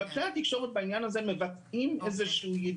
אבל כלי התקשורת בעניין הזה מבטאים ידיעה